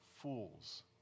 fools